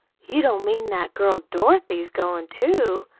you don't mean that girl dorothy's goin' too?